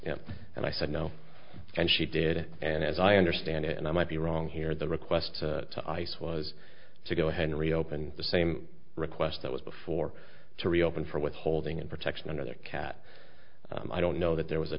and i said no and she did and as i understand it and i might be wrong here the request to ice was to go ahead and reopen the same request that was before to reopen for withholding and protection of the cat i don't know that there was a